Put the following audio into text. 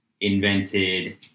invented